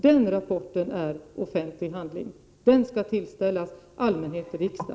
Den rapporten är offentlig handling, och den skall tillställas allmänhet och riksdag.